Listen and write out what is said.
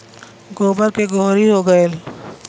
गोबर के गोहरी हो गएल